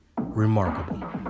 remarkable